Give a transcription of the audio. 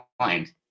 mind